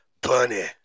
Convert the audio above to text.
Bunny